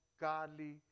godly